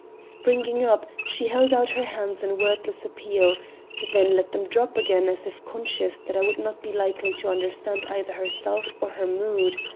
springing up, she held out her hands in wordless appeal then let them drop again as if conscious that i would not be likely to understand either herself or her mood.